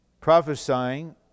prophesying